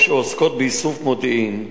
או שעוסקות באיסוף מודיעין,